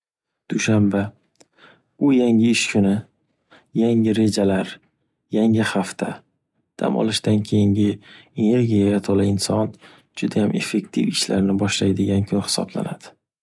Dushanba. U yangi ish kuni yangi rejalar yangi hafta. Dam olishdan keyingi energiyaga to’la inson judayam effektiv ishlarni boshlaydigan kun hisoplanadi.